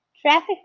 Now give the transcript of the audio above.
Traffic